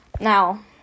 Now